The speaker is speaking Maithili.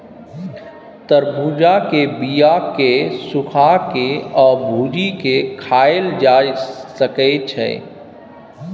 तरबुज्जा के बीया केँ सुखा के आ भुजि केँ खाएल जा सकै छै